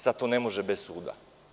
Sada to ne može bez suda.